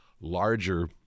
larger